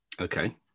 Okay